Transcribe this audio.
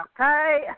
okay